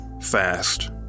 fast